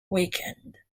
weekend